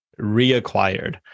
reacquired